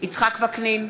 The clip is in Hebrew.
יצחק וקנין,